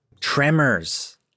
Tremors